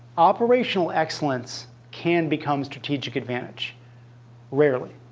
operational excellence can become strategic advantage rarely.